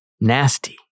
nasty